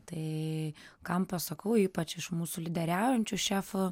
tai kam pasakau ypač iš mūsų lyderiaujančių šefų